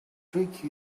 trick